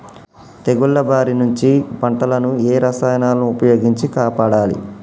తెగుళ్ల బారి నుంచి పంటలను ఏ రసాయనాలను ఉపయోగించి కాపాడాలి?